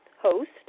host